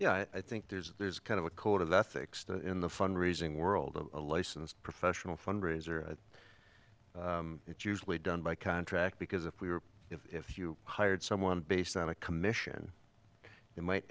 yeah i think there's there's kind of a code of ethics in the fund raising world of a licensed professional fundraiser it's usually done by contract because if we were if you hired someone based on a commission in might